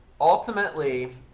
Ultimately